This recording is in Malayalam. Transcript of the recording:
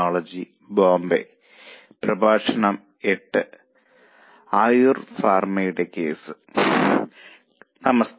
നമസ്തേ